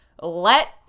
Let